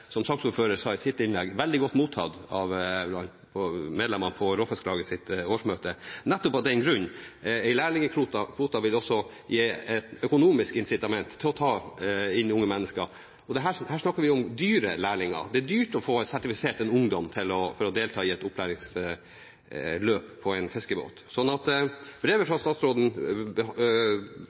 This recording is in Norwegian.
som saksordføreren sa i sitt innlegg, veldig godt mottatt av medlemmene på Råfisklagets årsmøte, nettopp av den grunn at en lærlingkvote også vil gi et økonomisk incitament til å ta inn unge mennesker. Her snakker vi om dyre lærlinger. Det er dyrt å få sertifisert en ungdom for å delta i et opplæringsløp på en fiskebåt. Brevet fra statsråden